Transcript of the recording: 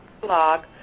blog